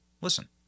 Listen